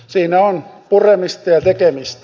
siinä on puremista ja tekemistä